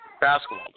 basketball